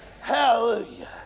hallelujah